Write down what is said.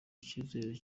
icyizere